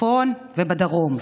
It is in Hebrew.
בצפון ובדרום.